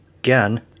again